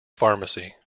pharmacy